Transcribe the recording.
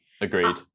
agreed